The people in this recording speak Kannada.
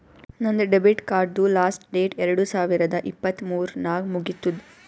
ನಂದ್ ಡೆಬಿಟ್ ಕಾರ್ಡ್ದು ಲಾಸ್ಟ್ ಡೇಟ್ ಎರಡು ಸಾವಿರದ ಇಪ್ಪತ್ ಮೂರ್ ನಾಗ್ ಮುಗಿತ್ತುದ್